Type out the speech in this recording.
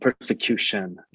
persecution